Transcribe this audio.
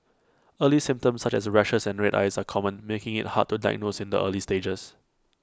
early symptoms such as rashes and red eyes are common making IT hard to diagnose in the early stages